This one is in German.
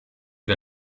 wir